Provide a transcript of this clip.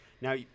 Now